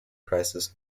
crisis